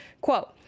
Quote